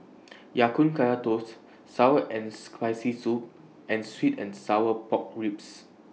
Ya Kun Kaya Toast Sour and Spicy Soup and Sweet and Sour Pork Ribs